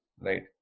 Right